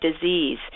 disease